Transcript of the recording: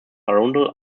arundel